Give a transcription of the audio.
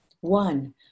One